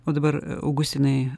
o dabar augustinai